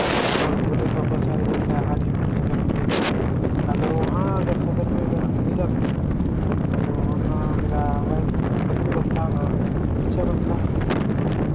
दर्द होने के पश्चात बोलता हाजीपुर सदर में ले जाओ अगर वहाँ अगर सदर में अगर हम ले जाते तो ना मेरा वाइफ़ पत्नी बचता ना बच्चा बचता